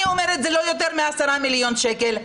אני אומרת זה לא יותר מ-10 מיליון שקלים.